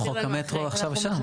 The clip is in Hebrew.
חוק המטרו עכשיו שם.